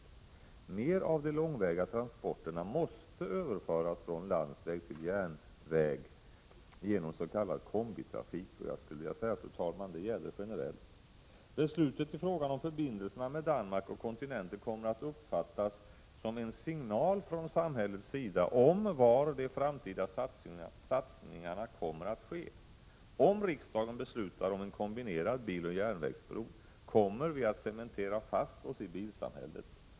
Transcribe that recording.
En större del av de långväga transporterna måste överföras från landsväg till järnväg genom s.k. kombitrafik. Jag skulle vilja säga, fru talman, att detta gäller generellt. Beslutet om förbindelserna med Danmark och kontinenten kommer att uppfattas som en signal från samhällets sida om var de framtida satsningarna kommer att ske. Om riksdagen beslutar om en kombinerad biloch järnvägsbro, kommer vi att så att säga cementera fast oss i bilsamhället.